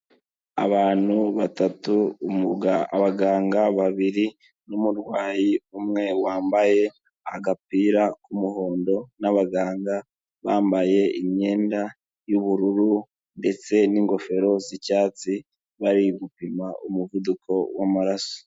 Abantu batatu abaganga babiri n'umurwayi umwe wambaye agapira k'umuhondo n'abaganga bambaye imyenda y'ubururu ndetse n'ingofero z'icyatsi, bari gupima umuvuduko w'amaraso.